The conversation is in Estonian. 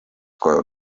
koju